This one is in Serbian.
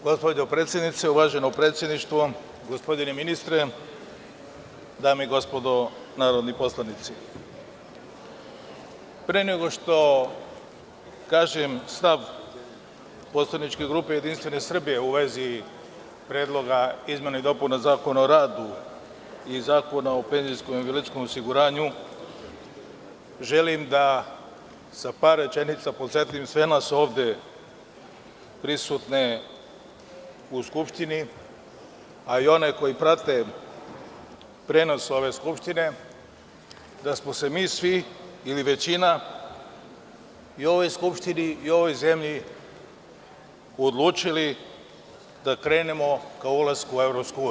Gospođo predsednice, uvaženo predsedništvo, gospodine ministre, dame i gospodo narodni poslanici, pre nego što kažem stav poslaničke grupe JS u vezi Predloga izmena i dopuna Zakona o radu i Zakona o PIO, želim da sa par rečenica podsetim sve nas ovde prisutne u Skupštini, a i one koji prate prenos ove skupštine da smo se mi svi ili većina u ovoj skupštini i ovoj zemlji odlučili da krenemo ka ulasku u EU.